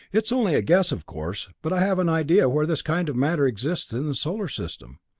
it's only a guess, of course but i have an idea where this kind of matter exists in the solar system.